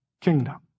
kingdom